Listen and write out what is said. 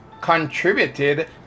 contributed